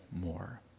more